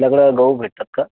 आपल्याकडं गहू भेटतात का